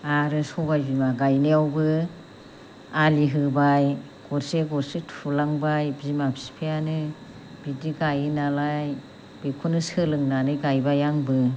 आरो सबाय बिमा गायनायावबो आलि होबाय गरसे गरसे थुलांबाय बिमा बिफायानो बिदि गायो नालाय बेखौनो सोलोंनानै गायबाय आंबो